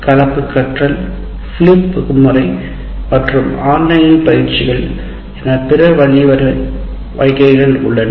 கலப்பு கற்றல் பிலிப் வகுப்பறை மற்றும் ஆன்லைனில் பயிற்சிகள் என பிற வழிமுறை வகைகள் உள்ளன